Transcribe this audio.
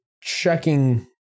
checking